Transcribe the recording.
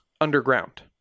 underground